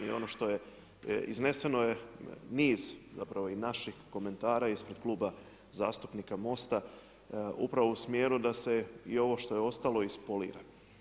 I ono što je izneseno je niz zapravo i naših komentara ispred Kluba zastupnika MOST-a, upravo u smjeru da se i ovo što ostalo ispolira.